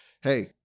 hey